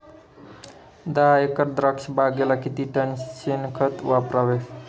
दहा एकर द्राक्षबागेला किती टन शेणखत वापरावे?